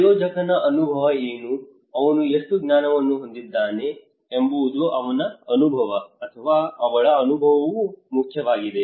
ಆಯೋಜಕನ ಅನುಭವ ಏನು ಅವನು ಎಷ್ಟು ಜ್ಞಾನವನ್ನು ಹೊಂದಿದ್ದಾನೆ ಎಂಬುದು ಅವನ ಅನುಭವ ಅಥವಾ ಅವಳ ಅನುಭವವು ಮುಖ್ಯವಾಗಿದೆ